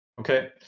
Okay